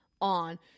on